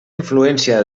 influència